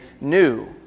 new